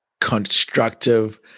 constructive